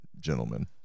gentlemen